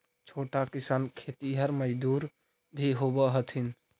छोटा किसान खेतिहर मजदूर भी होवऽ हथिन